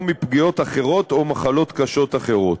או מפגיעות אחרות או מחלות קשות אחרות.